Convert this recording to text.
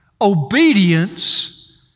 obedience